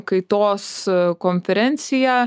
kaitos konferencija